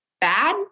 bad